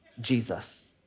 Jesus